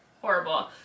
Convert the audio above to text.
horrible